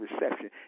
reception